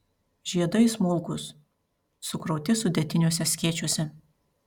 žiedai smulkūs sukrauti sudėtiniuose skėčiuose